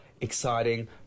exciting